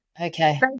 okay